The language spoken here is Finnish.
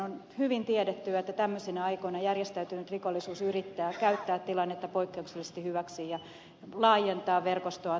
on hyvin tiedetty että tämmöisinä aikoina järjestäytynyt rikollisuus yrittää käyttää tilannetta poikkeuksellisesti hyväksi ja laajentaa verkostoaan